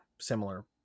similar